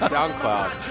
SoundCloud